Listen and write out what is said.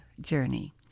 journey